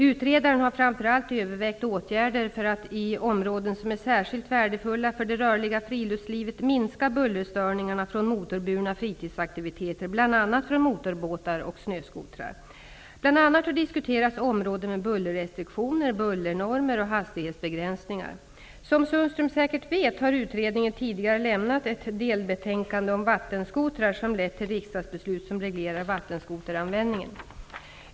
Utredaren har framför allt övervägt åtgärder för att i områden som är särskilt värdefulla för det rörliga friluftslivet minska bullerstörningarna från motorburna fritidsaktiviteter, bl.a. från motorbåtar och snöskotrar. Bl.a. har diskuterats områden med bullerrestriktioner, bullernormer och hastighetsbegränsningar. Som Sundström säkert vet har utredningen tidigare lämnat ett delbetänkande om vattenskotrar som lett till riksdagsbeslut som reglerar vattenskoteranvändningen.